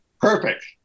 Perfect